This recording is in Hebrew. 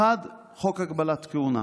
1. חוק הגבלת כהונה.